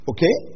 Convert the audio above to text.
Okay